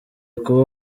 kuba